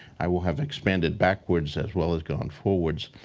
i will have expanded backwards as well as going on forwards.